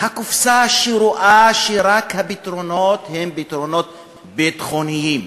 הקופסה שרואה שהפתרונות הם רק פתרונות ביטחוניים,